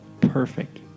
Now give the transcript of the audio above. perfect